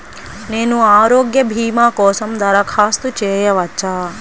నేను ఆరోగ్య భీమా కోసం దరఖాస్తు చేయవచ్చా?